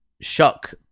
shock